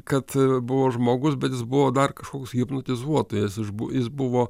kad buvo žmogus bet jis buvo dar kažkoks hipnotizuotojas užbu jis buvo